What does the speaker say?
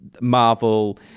Marvel